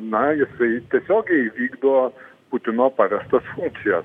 na jisai tiesiogiai vykdo putino pavestas funkcijas